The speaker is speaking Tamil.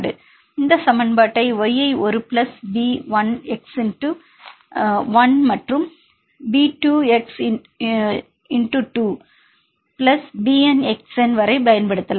இந்த சமன்பாட்டை y ஐ ஒரு பிளஸ் b 1 x 1 மற்றும் b 2 x 2 plus bn xn வரை பயன்படுத்தலாம்